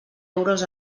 euros